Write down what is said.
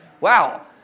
wow